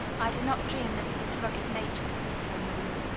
i did not dream that his rugged nature could be so moved.